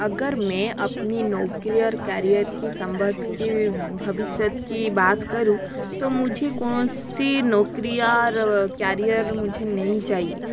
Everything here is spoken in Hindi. अगर मैं अपनी नौकरी और कैरियर की संबध की भविष्य की बात करूँ तो मुझे कौन सी नौकरी या कैरियर नौकरी मुझे नहीं चाहिए